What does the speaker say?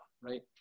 right